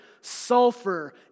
sulfur